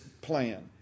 plan